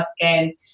again